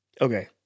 okay